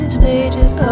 stages